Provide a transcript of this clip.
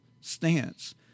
stance